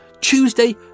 Tuesday